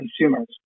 consumers